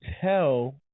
tell